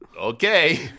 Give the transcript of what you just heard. okay